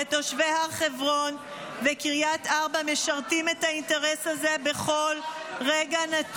ותושבי הר חברון וקריית ארבע משרתים את האינטרס הזה בכל רגע נתון.